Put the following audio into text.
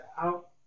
out